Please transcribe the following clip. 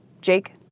Jake